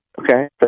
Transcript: okay